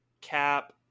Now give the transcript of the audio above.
cap